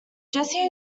jessie